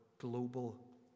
global